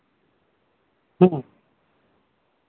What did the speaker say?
ᱦᱮᱸ